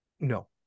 No